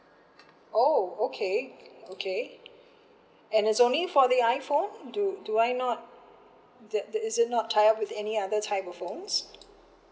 oh okay okay and is only for the iPhone do do I not that this is not tied up with any other type of phones